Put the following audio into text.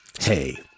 hey